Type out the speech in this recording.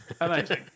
amazing